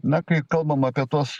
na kai kalbam apie tuos